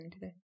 today